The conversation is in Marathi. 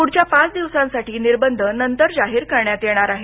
पुढच्या पाच दिवसांसाठी निर्बंध नंतर जाहीर करण्यात येणार आहेत